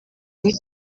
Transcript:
muri